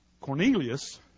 Cornelius